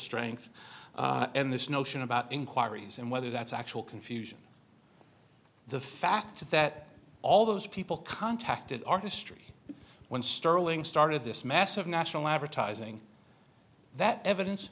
strength and this notion about inquiries and whether that's actual confusion the fact that all those people contacted our history when sterling started this massive national advertising that evidence